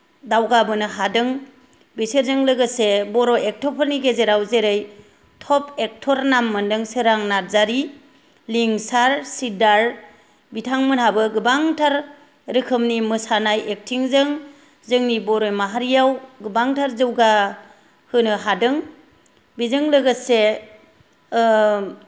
दावगाबोनो हादों बेसोरजों लोगोसे बर' एक्ट'रफोरनि गेजेराव जेरै थप एक्टर नाम मोनदों सोरां नार्जारी लिंसार सिद्धार्त बिथांमोनहाबो गोबांथार रोखोमनि मोसानाय एक्टिंजों जोंनि बर' माहारियाव गोबांथार जौगा होनो हादों बेजों लोगोसे